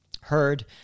heard